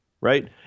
Right